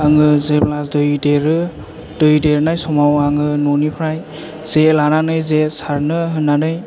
आङो जेब्ला दै देरो दै देरनाय समाव आङो ननिफ्राय जे लानानै जे सारनो होननानै